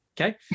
Okay